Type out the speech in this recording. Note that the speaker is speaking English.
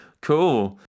cool